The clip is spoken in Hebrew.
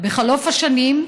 בחלוף השנים,